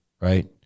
right